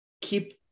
keep